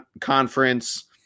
conference